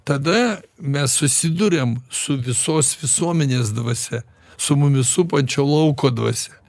tada mes susiduriam su visos visuomenės dvasia su mumi supančio lauko dvasia